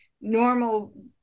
normal